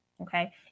okay